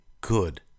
good